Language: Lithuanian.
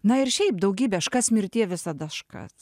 na ir šiaip daugybė škac mirtie visada škac